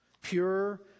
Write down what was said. Pure